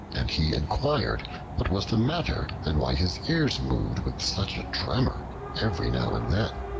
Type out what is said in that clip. and he inquired what was the matter and why his ears moved with such a tremor every now and then.